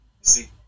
see